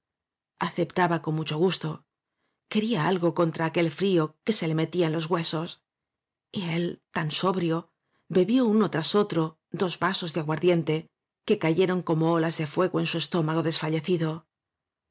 aceptaba con mucho gusto quería algocontra aquel frío que se le metía en los huesos él tan sobrio bebió uno tras otro dos vasosde aguardiente que cayeron como olas de fue go en su estómago desfallecido